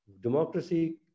Democracy